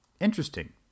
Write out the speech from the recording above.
interesting